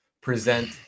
Present